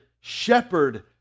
shepherd